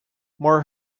more